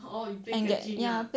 orh you play catching ah